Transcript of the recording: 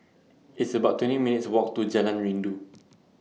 It's about twenty minutes' Walk to Jalan Rindu